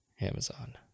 Amazon